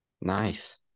nice